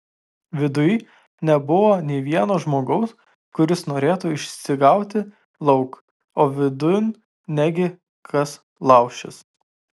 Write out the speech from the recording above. viduj nebuvo nė vieno žmogaus kuris norėtų išsigauti lauk o vidun negi kas laušis